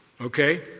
okay